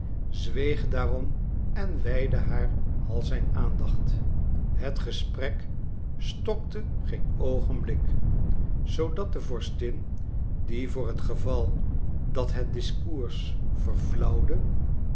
zweeg daarom en wijdde haar al zijn aandacht het gesprek stokte geen oogenblik zoodat de vorstin die voor het geval dat het discours